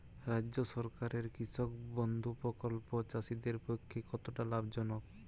রাজ্য সরকারের কৃষক বন্ধু প্রকল্প চাষীদের পক্ষে কতটা লাভজনক?